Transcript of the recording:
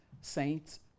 saints